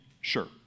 sure